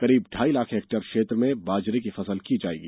करीब ढ़ाई लाख हेक्टेयर क्षेत्र में बाजरे की फसल की जायेगी